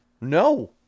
no